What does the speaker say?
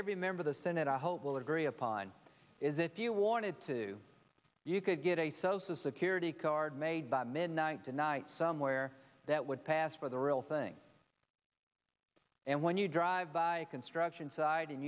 of the senate i hope will agree upon is if you wanted to you could get a social security card made by midnight tonight somewhere that would pass for the real thing and when you drive by a construction side and